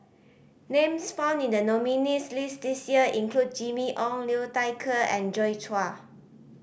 names found in the nominees' list this year include Jimmy Ong Liu Thai Ker and Joi Chua